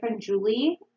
Julie